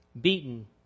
beaten